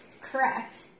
correct